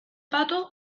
pato